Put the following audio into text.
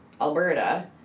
Alberta